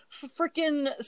freaking